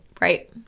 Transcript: right